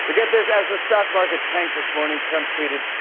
but get this as the stock market tanked this morning, trump tweeted,